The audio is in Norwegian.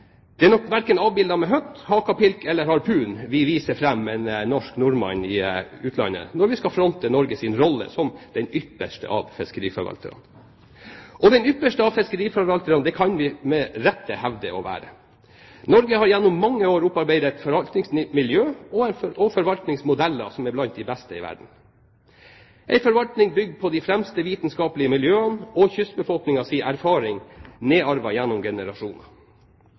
Det er nok ikke bilder verken med høtt, hakapik eller harpun vi viser fram av en norsk nordmann når vi i utlandet skal fronte Norges rolle som den ypperste av fiskeriforvaltere – og den ypperste av fiskeriforvalterne kan vi med rette hevde å være. Norge har gjennom mange år opparbeidet et forvaltningsmiljø og forvaltningsmodeller som er blant de beste i verden. Dette er en forvaltning bygd på de fremste vitenskapelige miljøene og på kystbefolkningens erfaring nedarvet gjennom generasjoner.